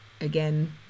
Again